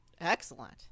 Excellent